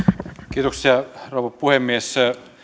kiitoksia rouva puhemies